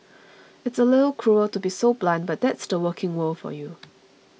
it's a little cruel to be so blunt but that's the working world for you